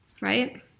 right